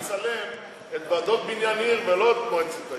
לצלם את ועדות בניין עיר, אבל לא את מועצת העיר.